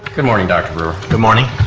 good morning doctor brewer. good morning.